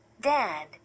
Dad